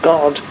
God